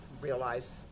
realize